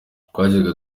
twajyaga